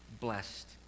blessed